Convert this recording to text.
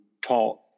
taught